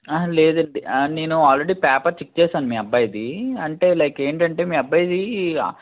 లేదండి నేను already paper check చేసాను మీ అబ్బాయిది అంటే లైక్ ఏంటంటే మీ అబ్బాయిది